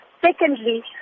Secondly